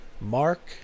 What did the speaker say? Mark